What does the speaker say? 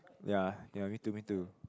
ya ya me too me too